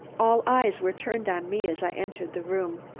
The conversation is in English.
all eyes were turned on me as i entered the room.